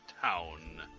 town